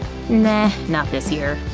nah, not this year.